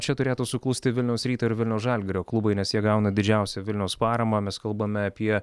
čia turėtų suklusti vilniaus ryto ir vilniaus žalgirio klubai nes jie gauna didžiausią vilniaus paramą mes kalbame apie